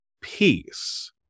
peace